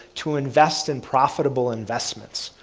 to invest in profitable investments.